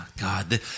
God